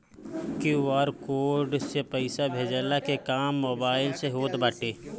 QR code से पईसा भेजला के काम मोबाइल से होत बाटे